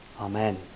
Amen